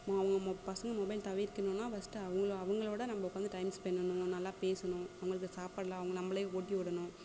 அவங்க ம பசங்க மொபைல் தவிர்க்கணுன்னா ஃபஸ்ட்டு அவங்கள அவங்களோட நம்ம உட்காந்து டைம் ஸ்பெண்ட் பண்ணணும் நல்லா பேசணும் அவங்களுக்கு சாப்பாடுலாம் அவங்க நம்மளே ஊட்டி விடணும்